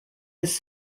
his